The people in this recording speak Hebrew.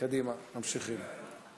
קדימה, ממשיכים.